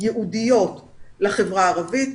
ייעודיות לחברה הערבית,